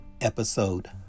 Episode